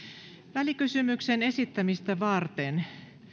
välikysymyksen esittämistä varten